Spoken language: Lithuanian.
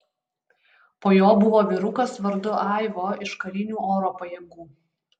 po jo buvo vyrukas vardu aivo iš karinių oro pajėgų